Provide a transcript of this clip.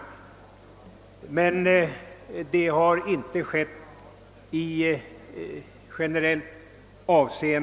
Denna tillämpning har dock inte skett generellt.